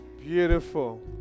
Beautiful